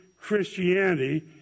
Christianity